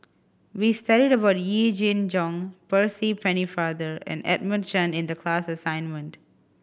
we studied about Yee Jenn Jong Percy Pennefather and Edmund Chen in the class assignment